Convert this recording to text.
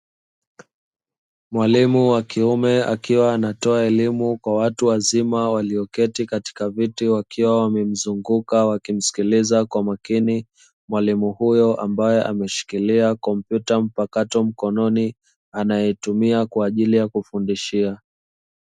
Mwalimu wa kiume akiwa anatoa elimu kwa watu wazima walioketi katika viti wakiwa wamemzunguka wakimsikiliza kwa makini. Mwalimu huyo ambaye ameshikilia kompyuta mpakato mkononi anayetumia kwa ajili ya kufundishia.